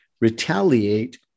retaliate